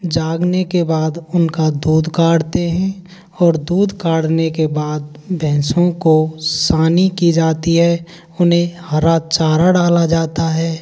जागने के बाद उनका दूध काढ़ते हैं और दूध काढ़ने के बाद भैंसो को सानी की जाती है उन्हें हरा चारा डाला जाता है